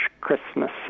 Christmas